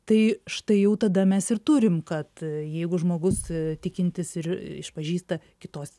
tai štai jau tada mes ir turim kad jeigu žmogus tikintis ir išpažįsta kitos